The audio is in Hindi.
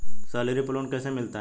सैलरी पर लोन कैसे मिलता है?